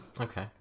okay